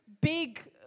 big